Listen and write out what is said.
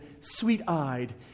sweet-eyed